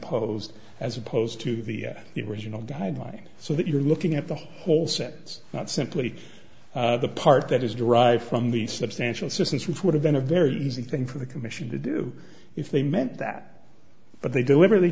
imposed as opposed to the original guidelines so that you're looking at the whole sentence not simply the part that is derived from the substantial systems which would have been a very easy thing for the commission to do if they meant that but they deliberately